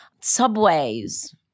subways